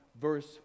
verse